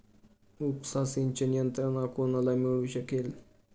उपसा सिंचन यंत्रणा कोणाला मिळू शकेल?